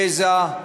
גזע,